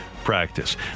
practice